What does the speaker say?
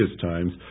times